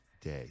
day